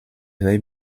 they